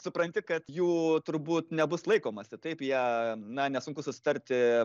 supranti kad jų turbūt nebus laikomasi taip jie na nesunku susitarti